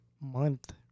month